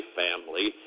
family